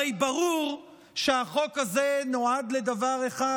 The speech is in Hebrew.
הרי ברור שהחוק הזה נועד לדבר אחד.